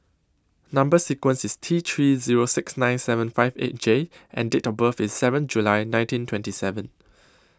Number sequence IS T three Zero six nine seven five eight J and Date of birth IS seven July nineteen twenty seven